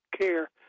care